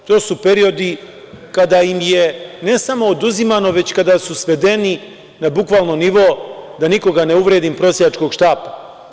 To su periodi kada im je, ne samo oduzimano kada su svedeni na bukvalno nivo da nikoga ne uvredim prosjačkog štapa.